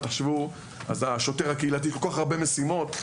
אז תחשבו השוטר הקהילתי כל כך הרבה משימות,